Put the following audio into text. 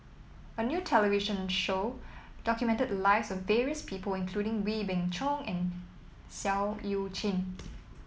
a new television show documented lives of various people including Wee Beng Chong and Seah Eu Chin